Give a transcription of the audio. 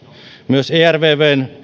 myös ervvn